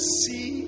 see